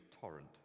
torrent